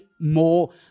more